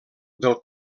del